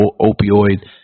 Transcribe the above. opioid